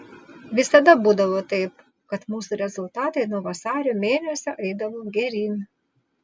visada būdavo taip kad mūsų rezultatai nuo vasario mėnesio eidavo geryn